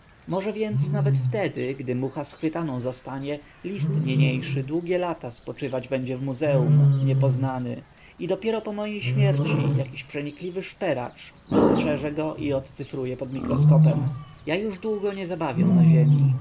może więc nawet wtedy gdy mucha schwytaną zostanie list niniejszy długie lata spoczywać będzie w muzeum niepoznany i dopiero po mojej śmierci jakiś przenikliwy szperacz dostrzeże go i odcyfruje pod mikroskopem ja już długo nie zabawię na ziemi